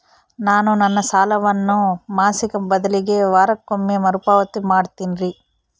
ನಾನು ನನ್ನ ಸಾಲವನ್ನು ಮಾಸಿಕ ಬದಲಿಗೆ ವಾರಕ್ಕೊಮ್ಮೆ ಮರುಪಾವತಿ ಮಾಡ್ತಿನ್ರಿ